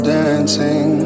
dancing